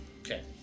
Okay